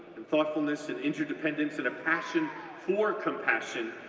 and thoughtfulness, and interdependence, and a passion for compassion,